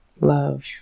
love